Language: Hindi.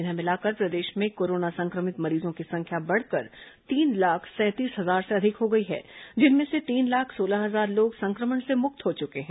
इन्हें मिलाकर प्रदेश में कोरोना संक्रमित मरीजों की संख्या बढ़कर तीन लाख सैंतीस हजार से अधिक हो गई है जिनमें से तीन लाख सोलह हजार लोग संक्रमण से मुक्त हो चुके हैं